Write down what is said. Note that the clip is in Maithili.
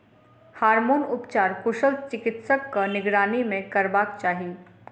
हार्मोन उपचार कुशल चिकित्सकक निगरानी मे करयबाक चाही